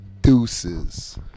Deuces